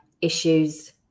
issues